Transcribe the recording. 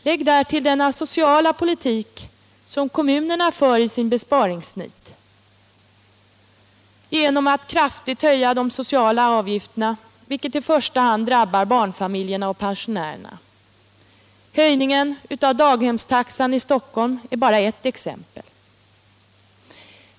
Lägg därtill den asociala politik som kommunerna i sitt besparingsnit för genom att kraftigt höja de sociala avgifterna, vilket i första hand drabbar barnfamiljerna och pensionärerna. Höjningen av daghemstaxan i Stockholm är bara ett exempel.